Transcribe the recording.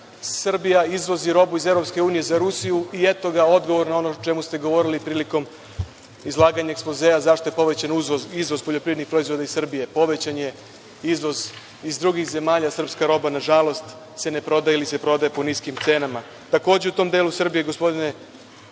Srbija izvozi robu iz EU za Rusiju i eto ga odgovor na ono o čemu ste govorili prilikom izlaganja ekspozea zašto je povećan izvoz poljoprivrednih proizvoda iz Srbije. Povećan je izvoz iz drugih zemalja. Srpska roba se nažalost ne prodaje ili se prodaje po niskim cenama. Takođe, u tom delu Srbije, gospodine